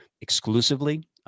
exclusively